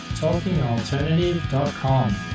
talkingalternative.com